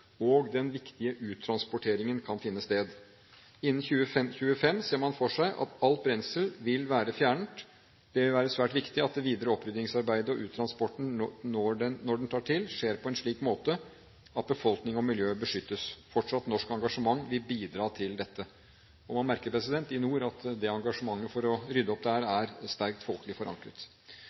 og den viktige uttransporteringen kan finne sted. Innen 2025 ser man for seg at alt brensel vil være fjernet. Det vil være svært viktig at det videre oppryddingsarbeidet og uttransporten, når den tar til, skjer på en slik måte at befolkning og miljø beskyttes. Fortsatt norsk engasjement vil bidra til dette, og man merker i nord at engasjementet for å rydde opp der er sterkt folkelig forankret.